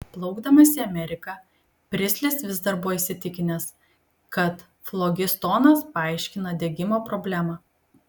plaukdamas į ameriką pristlis vis dar buvo įsitikinęs kad flogistonas paaiškina degimo problemą